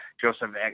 joseph